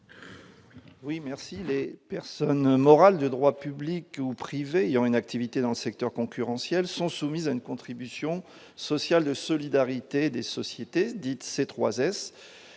Oui merci Les personnes morales de droit public ou privé, ayant une activité dans le secteur concurrentiel, sont soumises à une contribution sociale de solidarité des sociétés dites,